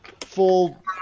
full